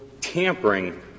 tampering